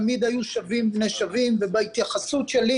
תמיד היו שווים בני שווים וההתייחסות שלי